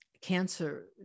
cancer